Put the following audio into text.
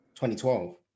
2012